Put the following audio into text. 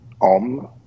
OM